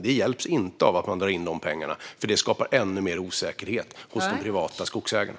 Inget hjälps av att man drar in dessa pengar, för det skapar ännu mer osäkerhet hos de privata skogsägarna.